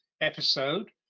episode